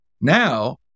now